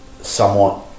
somewhat